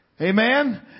Amen